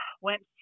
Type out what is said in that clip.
went